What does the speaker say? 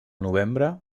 novembre